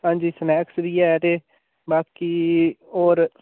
हां जी स्नैक्स बी ऐ ते बाकी होर